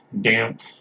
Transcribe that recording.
damp